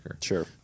Sure